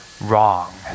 wrong